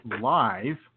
live